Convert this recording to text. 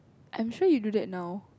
I'm sure you do that now